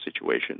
situation